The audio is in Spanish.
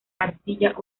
arcilla